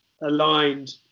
aligned